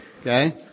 okay